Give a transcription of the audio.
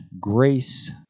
grace